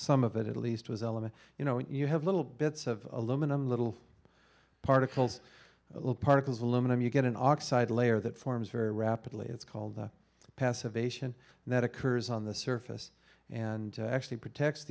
some of it at least was element you know what you have little bits of aluminum little particles little particles aluminum you get an oxide layer that forms very rapidly it's called the passivation that occurs on the surface and actually protects